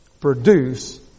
produce